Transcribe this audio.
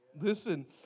Listen